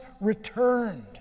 returned